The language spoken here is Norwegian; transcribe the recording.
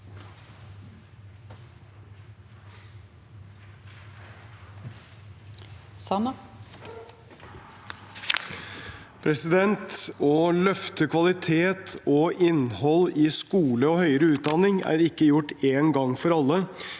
Å løfte kvalitet og innhold i skole og høyere utdanning er ikke gjort en gang for alle,